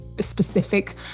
specific